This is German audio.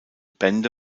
bände